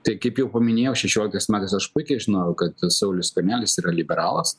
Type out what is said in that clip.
tai kaip jau paminėjau šešioliktais metais aš puikiai žinojau kad saulius skvernelis yra liberalas